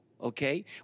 okay